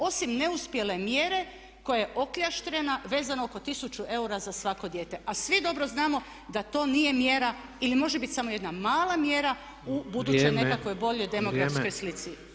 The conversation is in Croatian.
Osim neuspjele mjere koja je okljaštrena, vezano oko 1000 eura za svako dijete a svi dobro znamo da to nije mjera ili može biti samo jedna mala mjera u budućoj nekakvoj [[Upadica Tepeš: Vrijeme.]] boljoj demografskoj slici.